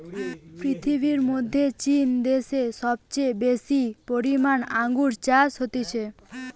পৃথিবীর মধ্যে চীন দ্যাশে সবচেয়ে বেশি পরিমানে আঙ্গুর চাষ হতিছে